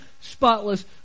spotless